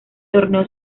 torneo